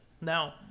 Now